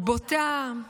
בוטה.